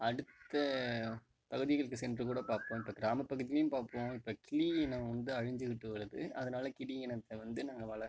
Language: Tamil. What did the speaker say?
அடுத்த பகுதிகளுக்கு சென்று கூட பார்ப்போம் இப்போ கிராமப்பகுதியிலும் பார்ப்போம் இப்போ கிளி இனம் வந்து அழிஞ்சுக்கிட்டு வருது அதனால் கிளி இனத்தை வந்து நாங்கள் வள